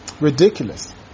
ridiculous